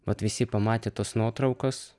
vat visi pamatė tos nuotraukos